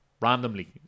randomly